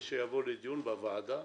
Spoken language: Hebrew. ושיבוא לדיון בוועדה.